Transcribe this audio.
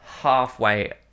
halfway